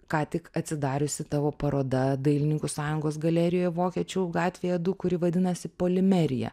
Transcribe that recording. ką tik atsidariusi tavo paroda dailininkų sąjungos galerijoj vokiečių gatvėje du kuri vadinasi polimerija